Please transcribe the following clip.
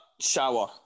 shower